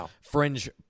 fringe